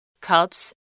cups